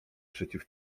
przeciw